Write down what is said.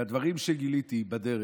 הדברים שגיליתי בדרך,